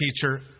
teacher